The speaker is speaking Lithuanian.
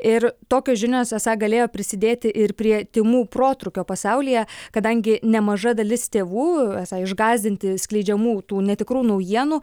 ir tokios žinios esą galėjo prisidėti ir prie tymų protrūkio pasaulyje kadangi nemaža dalis tėvų esą išgąsdinti skleidžiamų tų netikrų naujienų